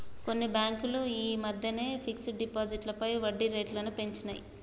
కొన్ని బ్యేంకులు యీ మద్దెనే ఫిక్స్డ్ డిపాజిట్లపై వడ్డీరేట్లను పెంచినియ్